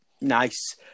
Nice